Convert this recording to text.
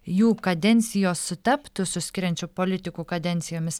jų kadencijos sutaptų su skiriančių politikų kadencijomis